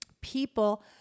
people